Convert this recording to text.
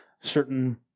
Certain